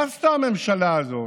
מה עשתה הממשלה הזאת?